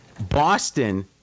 Boston